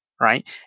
right